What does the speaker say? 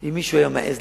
אם מישהו היה מעז,